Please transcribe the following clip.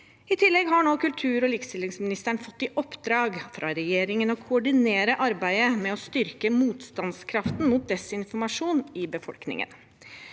I tillegg har nå kultur- og likestillingsministeren fått i oppdrag fra regjeringen å koordinere arbeidet med å styrke motstandskraften mot desinformasjon i befolkningen.